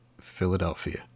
Philadelphia